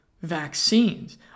vaccines